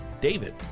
David